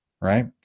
right